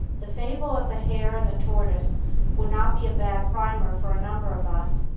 the fable of the hare and the tortoise would not be a bad primer for a number of us,